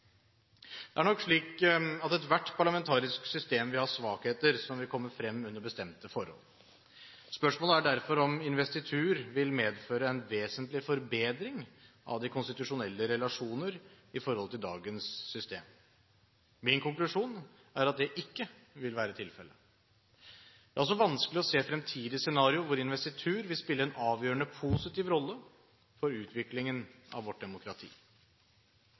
Det er nok slik at ethvert parlamentarisk system vil ha svakheter som vil komme frem under bestemte forhold. Spørsmålet er derfor om investitur vil medføre en vesentlig forbedring av de konstitusjonelle relasjoner i forhold til dagens system. Min konklusjon er at det ikke vil være tilfellet. Det er også vanskelig å se fremtidige scenarioer hvor investitur vil spille en avgjørende positiv rolle for utviklingen av vårt demokrati.